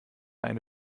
eine